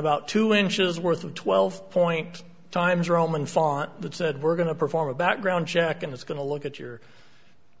about two inches worth of twelve point times roman font that said we're going to perform a background check and it's going to look at your